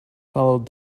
followed